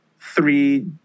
three